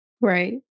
right